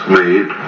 made